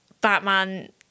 Batman